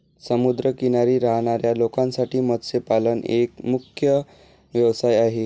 समुद्र किनारी राहणाऱ्या लोकांसाठी मत्स्यपालन एक मुख्य व्यवसाय आहे